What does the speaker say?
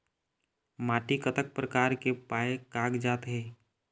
माटी कतक प्रकार के पाये कागजात हे?